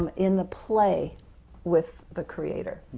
um in the play with the creator.